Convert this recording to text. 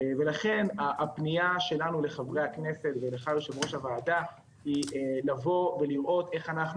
לכן הפנייה שלנו לחברי הכנסת ולך יושב ראש הוועדה היא לראות איך אנחנו